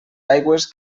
aigües